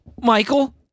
michael